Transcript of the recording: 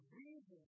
reason